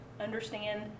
understand